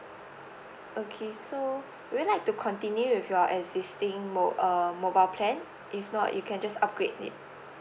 okay so would you like to continue with your existing mo~ uh mobile plan if not you can just upgrade it